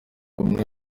umwe